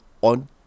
on